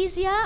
ஈஸியாக